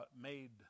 made